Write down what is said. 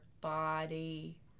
body